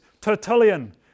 Tertullian